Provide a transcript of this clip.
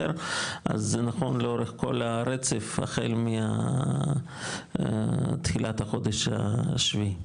אז זה נכון לאורך כל הרצף החל בתחילת החודש השביעי,